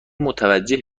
متوجه